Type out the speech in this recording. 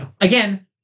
again